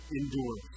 endure